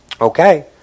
Okay